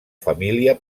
família